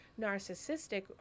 narcissistic